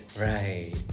Right